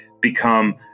become